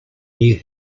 near